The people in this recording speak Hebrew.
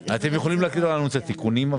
אתם יכולים להקריא לנו את התיקונים?